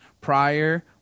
prior